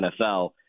NFL